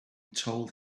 told